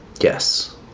Yes